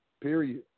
Period